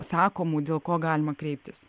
sakomų dėl ko galima kreiptis